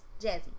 Jazzy